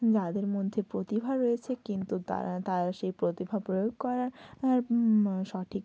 যাদের মধ্যে প্রতিভা রয়েছে কিন্তু তারা তারা সেই প্রতিভা প্রয়োগ করার সঠিক